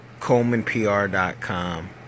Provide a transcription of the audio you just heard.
ColemanPR.com